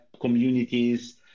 communities